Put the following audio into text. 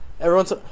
Everyone's